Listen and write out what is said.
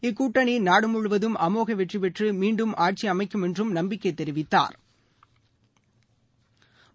இக்கூட்டணி நாடு முழுவதும் அமோக வெற்றி பெற்று மீண்டும் ஆட்சி அமைக்கும் என்று நம்பிக்கை தெரிவித்தாா்